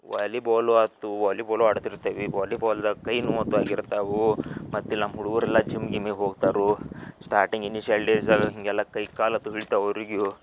volleyball ಆಯಿತು volleyball ಆಡ್ತಿರ್ತೇವೆ volleyball ಕೈ ನೋವುತ್ವಾಗಿರ್ತಾವೆ ಮತ್ತು ಇಲ್ಲಿ ನಮ್ಮ ಹುಡ್ಗರು ಎಲ್ಲ ಜಿಮ್ ಗಿಮ್ಮಿಗೆ ಹೋಗ್ತಾರೆ ಸ್ಟಾರ್ಟಿಂಗ್ ಇನಿಶಿಯಲ್ ಡೇಸಾಗ ಹೀಗೆಲ್ಲ ಕೈ ಕಾಲತು ಇಳ್ತಾವ್ ಅವ್ರಿಗೂ